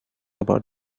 about